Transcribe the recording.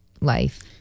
life